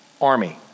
army